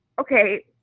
okay